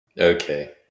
Okay